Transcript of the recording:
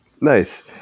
Nice